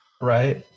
right